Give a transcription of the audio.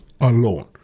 alone